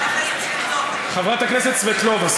חברת הכנסת סבטלובה.